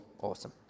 Awesome